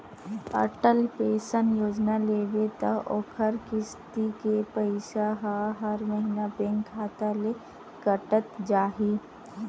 Atal pension योजना लेबे त ओखर किस्ती के पइसा ह हर महिना बेंक खाता ले कटत जाही